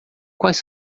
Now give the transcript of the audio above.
quais